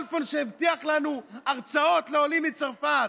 כלפון, שהבטיח לנו הרצאות לעולים מצרפת,